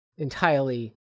Entirely